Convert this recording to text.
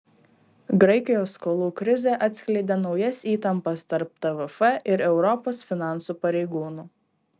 graikijos skolų krizė atskleidė naujas įtampas tarp tvf ir europos finansų pareigūnų